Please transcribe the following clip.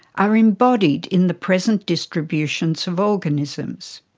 are embodied in the present distributions of organisms.